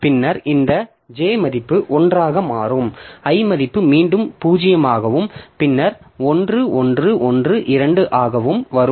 பின்னர் இந்த j மதிப்பு 1 ஆக மாறும் i மதிப்பு மீண்டும் 0 ஆகவும் பின்னர் 1 1 1 2 ஆகவும் வரும்